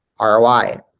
ROI